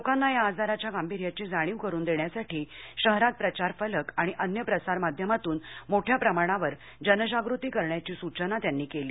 लोकांना या आजाराच्या गांभीर्याची जाणीव करून देण्यासाठी शहरात प्रचार फलक आणि अन्य प्रसार माध्यमातून मोठ्या प्रमाणावर जनजागृती करण्याची सुचना त्यांनी केली